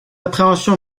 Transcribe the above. appréhension